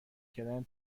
کردن